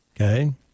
Okay